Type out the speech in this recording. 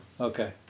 Okay